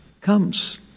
comes